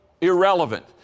irrelevant